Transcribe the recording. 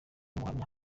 n’ubuhamya